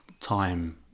time